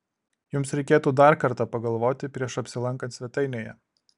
jums reikėtų dar kartą pagalvoti prieš apsilankant svetainėje